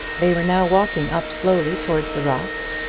they were now walking up slowly towards the rocks.